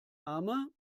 arme